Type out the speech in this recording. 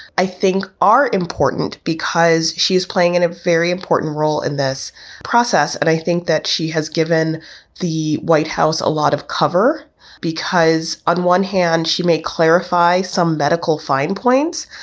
i think are important because she's playing in a very important role in this process. and i think that she has given the white house a lot of cover because on one hand, she may clarify some medical fine points,